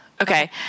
Okay